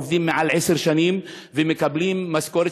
עובדים יותר מעשר שנים ומקבלים משכורת